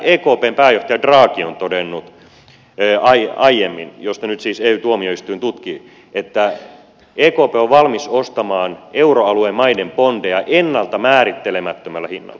ekpn pääjohtaja draghi on todennut aiemmin mitä nyt siis ey tuomioistuin tutkii että ekp on valmis ostamaan euroalueen maiden bondeja ennalta määrittelemättömällä hinnalla